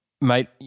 mate